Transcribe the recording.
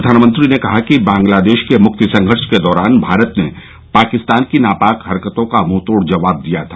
प्रधानमंत्री ने कहा कि बांग्लादेश के मुक्ति संघर्ष के दौरान भारत ने पाकिस्तान की नापाक हरकतों का मुंहतोड जवाब दिया था